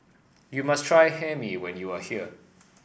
you must try Hae Mee when you are here